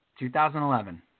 2011